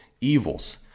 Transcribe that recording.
evils